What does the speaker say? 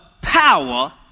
power